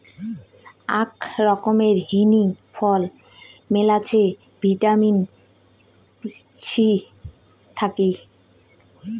আক রকমের হিনি ফল মেলাছেন ভিটামিন সি থাকি